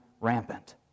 rampant